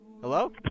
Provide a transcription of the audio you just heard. Hello